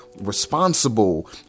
responsible